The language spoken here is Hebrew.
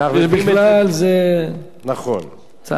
לצערנו אנחנו בתרבות חדשה.